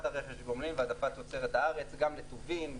רכש גומלין והעדפת תוצרת הארץ גם לטובין,